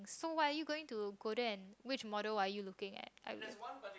so what are you going to go then which model are you looking at